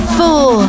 four